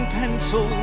pencil